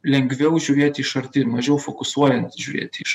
lengviau žiūrėti iš arti mažiau fokusuojant žiūrėti iš